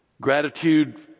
Gratitude